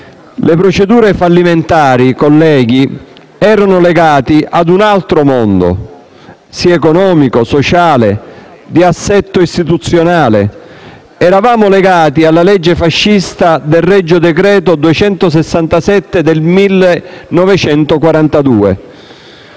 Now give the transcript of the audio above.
Le procedure fallimentari, colleghi, erano legate a un altro mondo, sia economico che sociale che di assetto istituzionale. Eravamo legati alla legge fascista del regio decreto n. 267 del 1942,